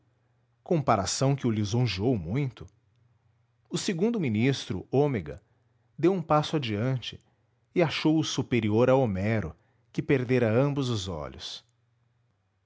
comparação que o lisonjeou muito o segundo ministro ômega deu um passo adiante e achou-o superior a homero que perdera ambos os olhos